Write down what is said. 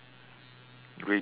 reddish brown